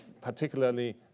particularly